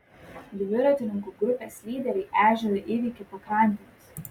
dviratininkų grupės lyderiai ežerą įveikė pakrantėmis